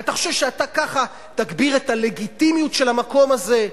אתה חושב שאתה ככה תגביר את הלגיטימיות של המקום הזה,